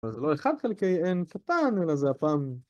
זה לא אחד חלקי n קטן, אלא זה הפעם